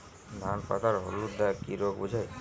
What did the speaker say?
ধান পাতায় হলুদ দাগ কি রোগ বোঝায়?